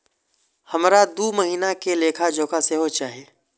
हमरा दूय महीना के लेखा जोखा सेहो चाही